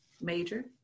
major